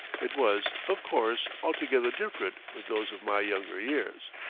it was, of course, altogether different with those of my younger years.